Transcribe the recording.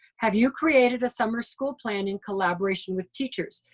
have you created a summer school plan in collaboration with teachers?